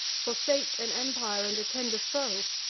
forsake an empire, and attend a foe?